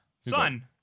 son